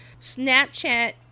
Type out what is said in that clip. Snapchat